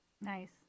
nice